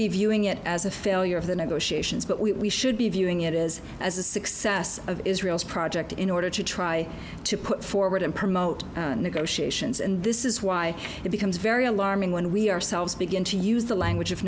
be viewing it as a failure of the negotiations but we should be viewing it is as a success of israel's project in order to try to put forward and promote negotiations and this is why it becomes very alarming when we ourselves begin to use the language of